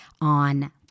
on